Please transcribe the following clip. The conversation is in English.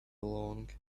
along